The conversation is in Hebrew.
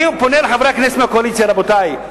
אני פונה אל חברי הכנסת מהקואליציה: רבותי,